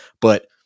but-